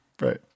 Right